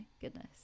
goodness